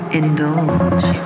indulge